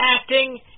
acting